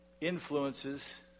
influences